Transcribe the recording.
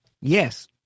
Yes